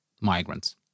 migrants